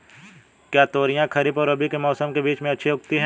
क्या तोरियां खरीफ और रबी के मौसम के बीच में अच्छी उगती हैं?